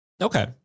Okay